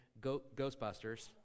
Ghostbusters